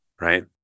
right